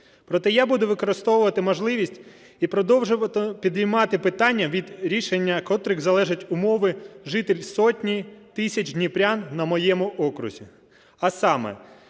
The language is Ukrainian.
Проте я буду використовувати можливість і продовжувати піднімати питання, від рішення котрих залежать умови жителів сотні тисяч дніпрян на моєму окрузі, а саме: